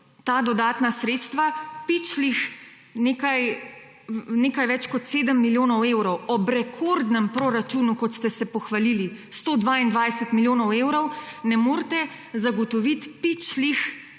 ta dodatna sredstva, pičlih nekaj več kot 7 milijonov evrov? Ob rekordnem proračunu, kot ste se pohvalili, 122 milijonov evrov ne morete zagotoviti pičlih